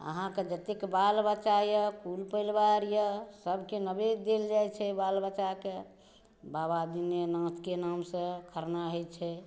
अहाँके जतेक बाल बच्चा अइ कुल पलिवार अइ सबके नवेद देल जाइ छै बाल बच्चाके बाबा दीनेनाथके नामसँ खरना होइ छै